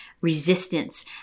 resistance